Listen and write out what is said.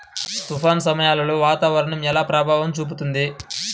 తుఫాను సమయాలలో వాతావరణం ఎలా ప్రభావం చూపుతుంది?